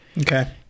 Okay